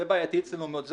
זה בעייתי אצלנו מאוד.